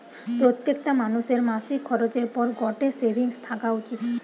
প্রত্যেকটা মানুষের মাসিক খরচের পর গটে সেভিংস থাকা উচিত